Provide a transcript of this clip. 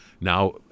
now